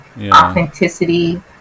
authenticity